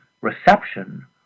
reception